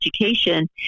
education